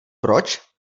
proč